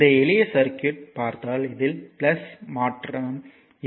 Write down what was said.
இந்த எளிய சர்க்யூட் பார்த்தால் இதில் மற்றும் இருக்கிறது